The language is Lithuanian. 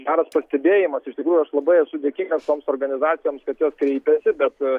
geras pastebėjimas iš tikrųjų aš labai esu dėkinga visoms organizacijoms kad jos kreipėsi bet